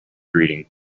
reading